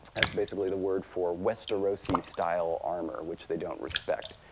that's basically the word for westerosi style armor, which they don't respect.